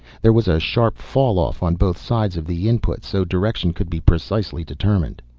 there was a sharp fall-off on both sides of the input so direction could be precisely determined.